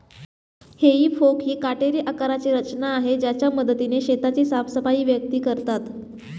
हेई फोक ही काटेरी आकाराची रचना आहे ज्याच्या मदतीने शेताची साफसफाई व्यक्ती करतात